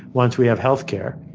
once we have healthcare,